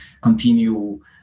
continue